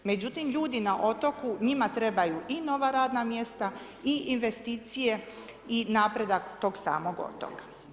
Međutim, ljudi na otoku, njima trebaju i nova radna mjesta i investicije i napredak tog samog otoka.